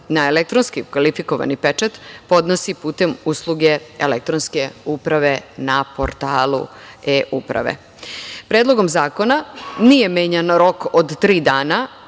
na elektronski kvalifikovani pečat podnosi putem usluge elektronske uprave na portalu eUprave. Predlogom zakona nije menjan rok od tri dana